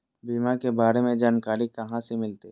बीमा के बारे में जानकारी कहा से मिलते?